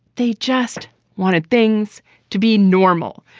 they just wanted things to be normal.